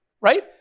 right